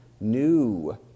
new